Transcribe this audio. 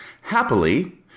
Happily